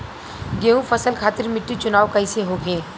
गेंहू फसल खातिर मिट्टी चुनाव कईसे होखे?